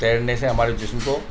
تیرنے سے ہمارے جسم کو